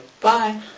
Bye